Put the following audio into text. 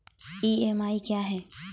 EMI क्या है?